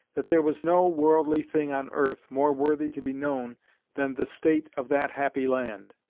that there was no worldly thing on earth, more worthy to be known than the state of that happy land.